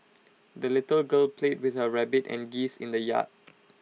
the little girl played with her rabbit and geese in the yard